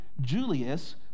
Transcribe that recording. Julius